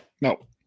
No